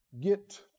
get